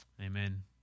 Amen